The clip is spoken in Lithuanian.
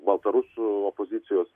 baltarusų opozicijos